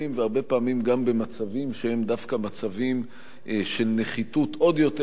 והרבה פעמים גם במצבים שהם דווקא מצבים של נחיתות רבה עוד יותר,